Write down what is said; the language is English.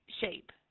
shape